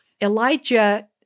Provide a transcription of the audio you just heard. Elijah